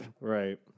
Right